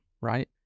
right